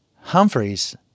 Humphrey's